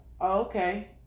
okay